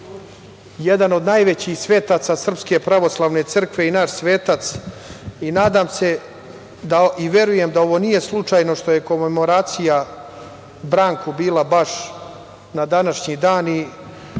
jedan od najvećih svetaca Srpske pravoslavne crkve i naš svetac. Nadam se i verujem da ovo nije slučajno što je komemoracija Branku bila baš na današnji dan.